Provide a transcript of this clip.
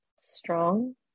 strong